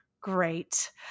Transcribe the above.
great